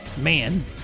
man